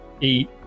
eat